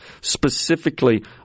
specifically